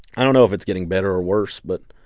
i don't know if it's getting better or worse, but